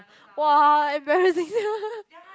[wah] embarrassing